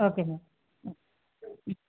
okay నండి